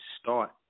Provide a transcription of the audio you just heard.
start